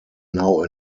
now